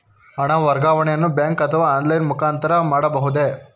ಹಣ ವರ್ಗಾವಣೆಯನ್ನು ಬ್ಯಾಂಕ್ ಅಥವಾ ಆನ್ಲೈನ್ ಮುಖಾಂತರ ಮಾಡಬಹುದೇ?